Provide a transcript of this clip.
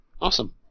Awesome